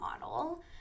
model